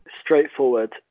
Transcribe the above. straightforward